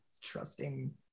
trusting